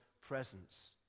presence